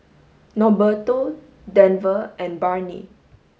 Norberto Denver and Barnie